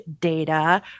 data